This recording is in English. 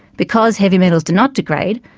because heavy metals do not degrade,